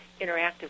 interactive